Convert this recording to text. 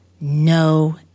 no